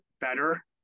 better